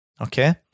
okay